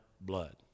blood